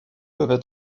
peuvent